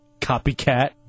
Copycat